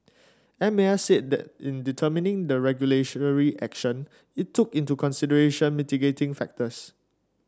M A S said that in determining the regulatory action it took into consideration mitigating factors